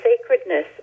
sacredness